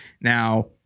Now